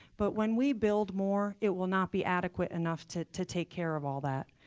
but when we build more, it will not be adequate enough to to take care of all that.